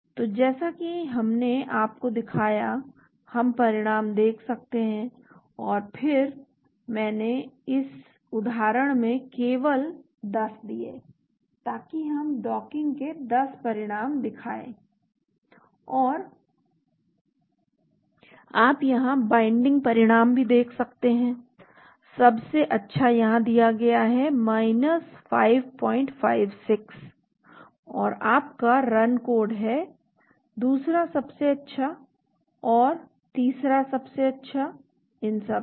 तो जैसा कि हमने आपको दिखाया हम परिणाम देख सकते हैं और फिर मैंने इस उदाहरण में केवल 10 दिए ताकि यह डॉकिंग के 10 परिणाम दिखाए और आप यहाँ बाइन्डिंग परिणाम देख सकते हैं सबसे अच्छा यहाँ दिया गया है 556 और आपका रन कोड है दूसरा सबसे अच्छा और तीसरा सबसे अच्छा इन सब में